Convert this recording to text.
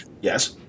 yes